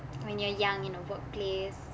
when you're young in the workplace